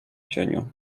cieniu